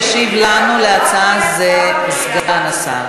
מי שישיב לנו על ההצעה הוא סגן השר.